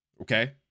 Okay